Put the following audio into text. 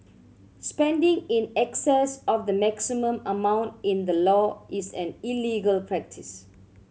spending in excess of the maximum amount in the law is an illegal practice